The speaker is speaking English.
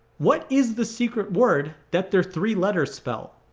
what is the secret word that their three letters spell?